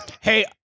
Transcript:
hey